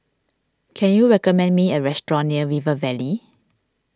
can you recommend me a restaurant near River Valley